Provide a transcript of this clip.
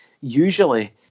Usually